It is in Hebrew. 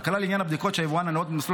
והקלה לעניין הבדיקות שהיבואן הנאות במסלול